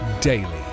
daily